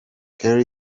kelly